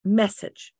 message